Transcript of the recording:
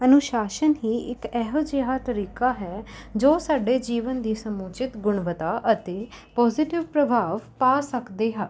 ਅਨੁਸ਼ਾਸਨ ਹੀ ਇੱਕ ਇਹੋ ਜਿਹਾ ਤਰੀਕਾ ਹੈ ਜੋ ਸਾਡੇ ਜੀਵਨ ਦੀ ਸਮੂਚਿਤ ਗੁਣਵਤਾ ਅਤੇ ਪੋਜ਼ੀਟਿਵ ਪ੍ਰਭਾਵ ਪਾ ਸਕਦੇ ਹਨ